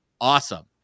awesome